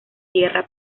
tierra